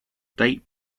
date